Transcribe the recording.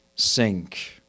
sink